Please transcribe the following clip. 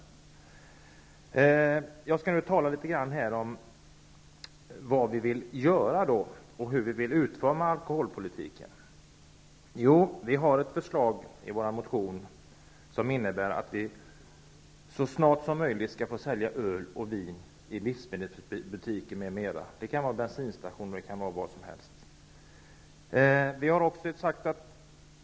Jag skall nu tala om vad vi vill göra och hur vi vill utforma alkoholpolitiken. Vi har i vår motion föreslagit att det så snart som möjligt skall bli tillåtet att sälja öl och vin i livsmedelsbutiker, bensinstationer m.m.